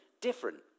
different